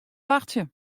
wachtsje